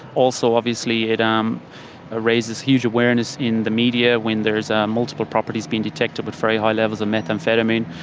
also obviously it um ah raises huge awareness in the media when there is ah multiple properties being detected with very high levels of methamphetamine,